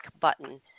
button